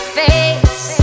face